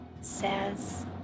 says